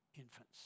infants